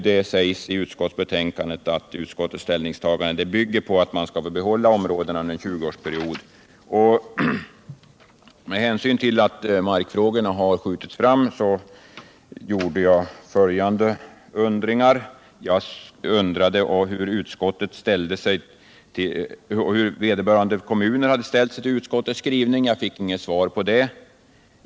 Det sägs i utskottsbetänkandet att utskottets ställningstagande bygger på att man skall få behålla områdena under en 20-årsperiod. Med hänsyn till att markfrågorna har skjutits fram undrade jag hur vederbörande kommuner hade ställt sig till utskottets skrivning. Jag fick inget svar på det.